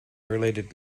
related